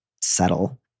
settle